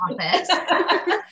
office